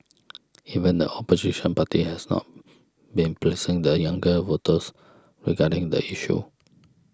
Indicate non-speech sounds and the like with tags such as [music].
[noise] even the opposition party has not been pleasing the younger voters regarding the issue